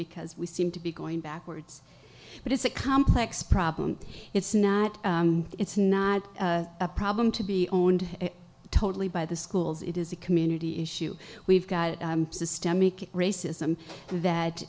because we seem to be going backwards but it's a complex problem it's not it's not a problem to be owned totally by the schools it is a community issue we've got systemic racism that